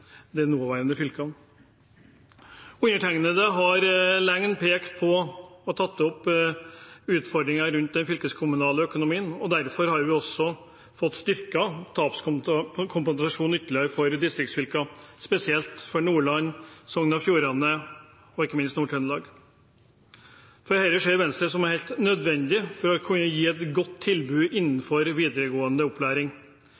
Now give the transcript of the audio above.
de nåværende fylkene. Undertegnede har lenge pekt på og tatt opp utfordringer rundt den fylkeskommunale økonomien. Derfor har vi også fått styrket tapskompensasjonen ytterligere for distriktsfylkene, spesielt for Nordland, Sogn og Fjordane og ikke minst Nord-Trøndelag. Dette ser Venstre som helt nødvendig for å kunne gi et godt tilbud innenfor videregående opplæring.